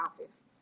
office